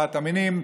ארבעת המינים,